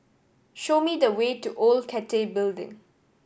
show me the way to Old Cathay Building